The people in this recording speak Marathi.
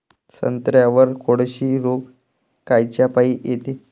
संत्र्यावर कोळशी रोग कायच्यापाई येते?